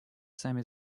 сами